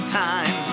time